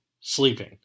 sleeping